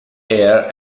hair